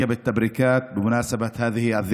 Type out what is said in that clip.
ברכות חמות לרגל יום מכובד זה.)